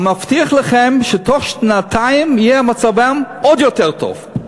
מבטיח לכם שתוך שנתיים יהיה מצבם עוד יותר טוב.